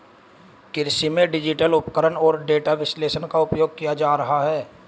कृषि में डिजिटल उपकरण और डेटा विश्लेषण का उपयोग किया जा रहा है